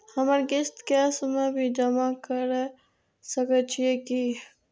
हमर किस्त कैश में भी जमा कैर सकै छीयै की?